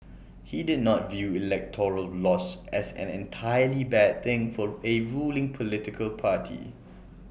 he did not view electoral loss as an entirely bad thing for A ruling political party